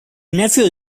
nephew